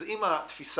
אז אם תפיסת